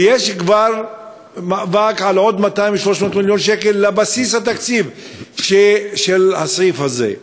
ויש כבר מאבק על עוד 200 300 מיליון שקלים לבסיס התקציב של הסעיף הזה.